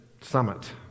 Summit